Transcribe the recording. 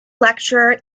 lecturer